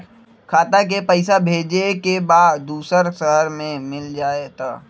खाता के पईसा भेजेए के बा दुसर शहर में मिल जाए त?